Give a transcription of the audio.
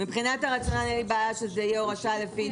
אבל לצערי לא היית איתנו, שמואל, הנושא נסגר.